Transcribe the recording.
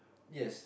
yes